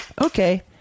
Okay